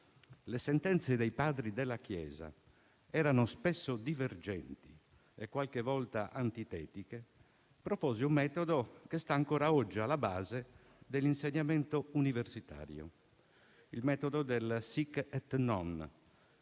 le sentenze dei padri della Chiesa erano spesso divergenti e qualche volta antitetiche, propose un metodo che sta ancora oggi alla base dell'insegnamento universitario: il metodo del *sic et non*,